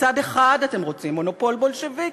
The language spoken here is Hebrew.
מצד אחד, אתם רוצים מונופול בולשביקי,